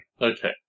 Okay